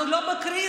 אנחנו לא ב-crisis,